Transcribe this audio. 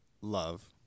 love